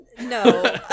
No